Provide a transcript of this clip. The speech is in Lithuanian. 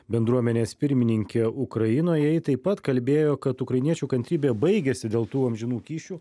bendruomenės pirmininke ukrainoje jai taip pat kalbėjo kad ukrainiečių kantrybė baigiasi dėl tų amžinų kyšių